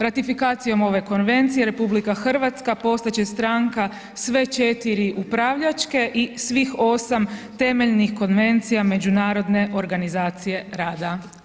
Ratifikacijom ove Konvencije RH postati će stranka sve 4 upravljačke i svih 8 temeljnih Konvencija Međunarodne organizacije rada.